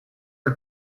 are